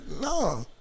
no